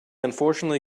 unfortunately